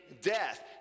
death